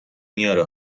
میاره